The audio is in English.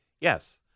Yes